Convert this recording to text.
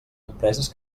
empreses